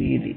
രീതി